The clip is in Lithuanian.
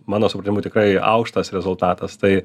mano supratimu tikrai aukštas rezultatas tai